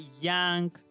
young